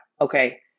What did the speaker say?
Okay